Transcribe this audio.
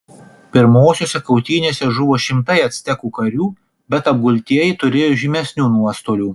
pirmosiose kautynėse žuvo šimtai actekų karių bet apgultieji turėjo žymesnių nuostolių